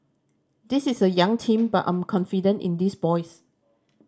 this is a young team but I'm confident in these boys